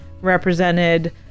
represented